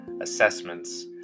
assessments